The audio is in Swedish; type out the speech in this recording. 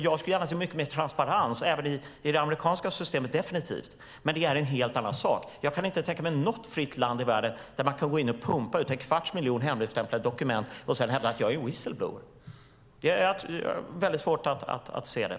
Jag skulle gärna se större transparens även i det amerikanska systemet, men det är en helt annan sak. Jag kan inte tänka mig något fritt land i världen där man kan pumpa ut en kvarts miljon hemligstämplade dokument och sedan hävda att man är en whistleblower. Jag har svårt att se det.